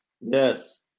yes